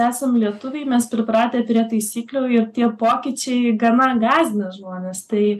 esam lietuviai mes pripratę prie taisyklių ir tie pokyčiai gana gąsdina žmones tai